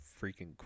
freaking